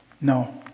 No